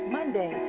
Monday